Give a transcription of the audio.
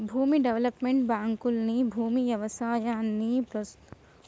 భూమి డెవలప్మెంట్ బాంకుల్ని భూమి వ్యవసాయాన్ని ప్రోస్తయించడం కొరకు పెడ్తారు